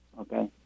Okay